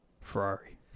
Ferrari